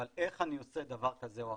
אבל איך אני עושה דבר כזה ואחר,